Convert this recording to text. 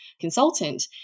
consultant